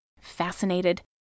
Fascinated